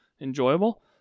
enjoyable